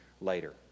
later